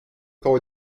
koło